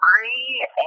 three